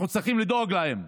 אנחנו צריכים לדאוג להם.